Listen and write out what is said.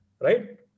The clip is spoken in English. right